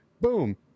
Boom